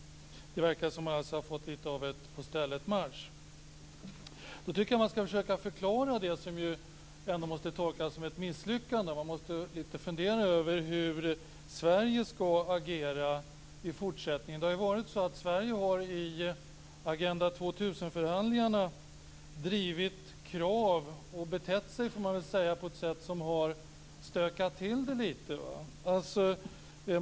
Det verkar alltså vara lite av på stället marsch. Jag tycker att man skall försöka förklara det som ändå måste tolkas som ett misslyckande och fundera lite över hur Sverige skall agera i fortsättningen. Det har ju varit så att Sverige i Agenda 2000 förhandlingarna drivit krav och, får man väl säga, betett sig på ett sätt som har stökat till det lite.